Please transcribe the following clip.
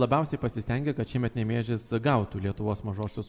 labiausiai pasistengė kad šiemet nemėžis gautų lietuvos mažosios